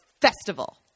festival